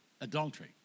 adultery